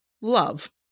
love